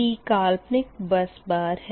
t काल्पनिक bus bar है